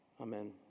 Amen